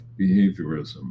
behaviorism